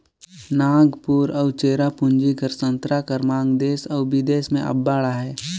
नांगपुर अउ चेरापूंजी कर संतरा कर मांग देस अउ बिदेस में अब्बड़ अहे